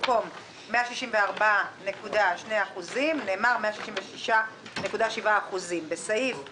במקום 164.2% נאמר: 166.7%. בסעיף 4(א)